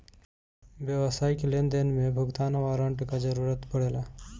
व्यावसायिक लेनदेन में भुगतान वारंट कअ जरुरत पड़ेला